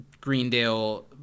Greendale